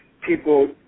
people